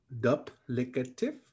duplicative